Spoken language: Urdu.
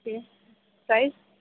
جی سائز